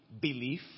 belief